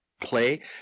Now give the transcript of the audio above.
play